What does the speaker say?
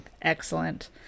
excellent